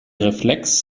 reflex